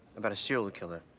about a serial killer.